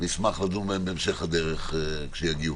נשמח לדון בהם בהמשך הדרך כשיגיעו.